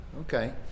Okay